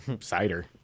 cider